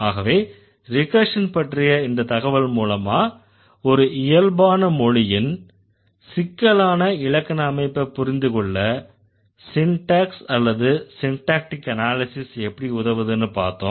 ஆகவே ரிகர்ஷன் பற்றிய இந்த தகவல் மூலமா ஒரு இயல்பான மொழியின் சிக்கலான இலக்கண அமைப்பை புரிந்து கொள்ள சின்டேக்ஸ் அல்லது சின்டேக்டிக் அனாலிஸிஸ் எப்படி உதவுதுன்னு பார்த்தோம்